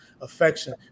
affection